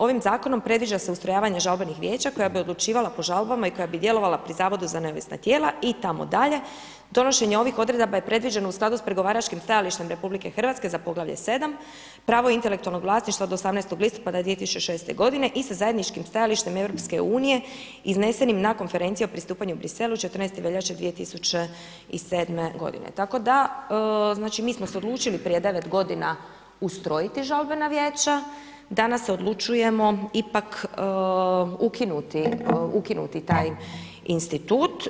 Ovim zakonom predviđa se ustrojavanje žalbenih vijeća koja bi odlučivala po žalbama i koja bi djelovala pri zavodu za neovisna tijela“ i tamo dalje „donošenje ovih odredaba je predviđeno s pregovaračkim stajalištem RH za poglavlje 7 pravo intelektualnog vlasništva od 18. listopada 2006. godine i sa zajedničkim stajalištem EU iznesenim na Konferenciji o pristupanju Bruxellesu 14. veljače 2007. godine“, tako da mi smo se odlučili prije 9 godina ustrojiti žalbena vijeća, danas se odlučujemo ipak ukinuti taj institut.